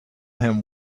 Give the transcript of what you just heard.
him